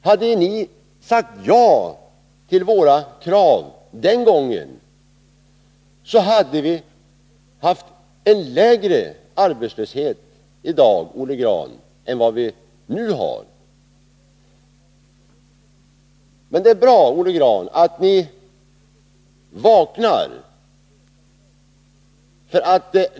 Hade ni sagt ja den gången hade vi haft en lägre arbetslöshet i dag, Olle Grahn. Men det är bra att ni vaknar.